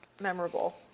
Memorable